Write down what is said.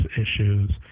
issues –